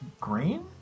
green